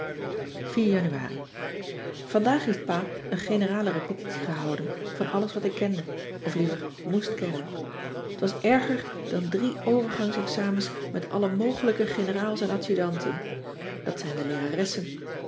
januari vandaag heeft pa een generale repetitie gehouden van alles wat ik kende of liever moest kennen t was erger dan drie overgangsexamens met alle mogelijke generaals en adjudanten dat zijn de